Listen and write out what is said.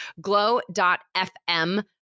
glow.fm